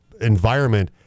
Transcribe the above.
environment